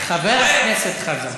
חבר הכנסת חזן.